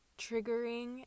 triggering